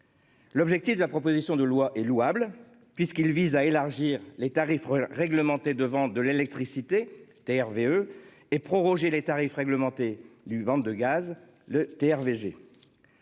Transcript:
L'objectif de la proposition de loi est louable puisqu'il vise à élargir les tarifs réglementés de vente de l'électricité TRV E et prorogé. Les tarifs réglementés du ventre de gaz le TRV G.